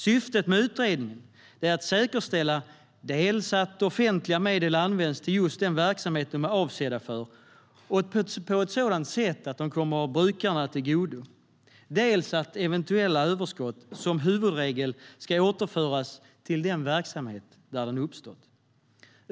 Syftet med utredningen är att säkerställa dels att offentliga medel används till just den verksamhet de är avsedda för och på ett sådant sätt att de kommer brukarna till godo, dels att eventuella överskott som huvudregel ska återföras till den verksamhet där de uppstått.